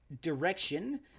direction